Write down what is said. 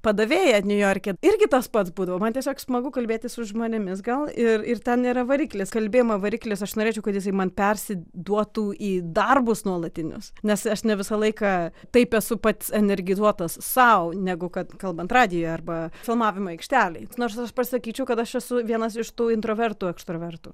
padavėja niujorke irgi tas pats būdavo man tiesiog smagu kalbėtis su žmonėmis gal ir ir ten yra variklis kalbėjimo variklis aš norėčiau kad jisai man persiduotų į darbus nuolatinius nes aš ne visą laiką taip esu pats energizuotas sau negu kad kalbant radijuje arba filmavimo aikštelėj nors aš pasakyčiau kad aš esu vienas iš tų intravertu ekstravertu